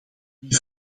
wie